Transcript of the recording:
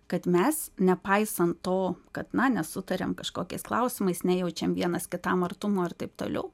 kad mes nepaisant to kad na nesutariam kažkokiais klausimais nejaučiam vienas kitam artumo ir taip toliau